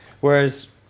Whereas